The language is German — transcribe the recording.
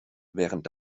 während